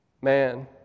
Man